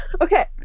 okay